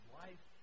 life